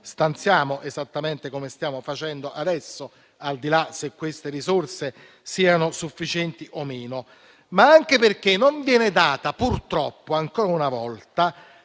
stanziamo, esattamente come stiamo facendo adesso (al di là del fatto che queste risorse siano sufficienti o meno), ma anche perché, purtroppo ancora una volta,